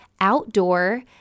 outdoor